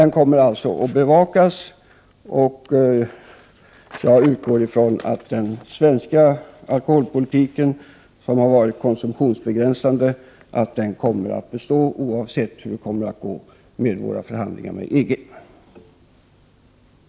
Jag utgår från att den svenska alkoholpolitiken, som har varit konsumtionsbegränsande, kommer att bestå oavsett hur Sveriges förhandlingar med EG kommer att gå.